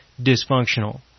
dysfunctional